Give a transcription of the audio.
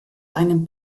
einen